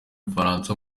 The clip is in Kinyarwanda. bufaransa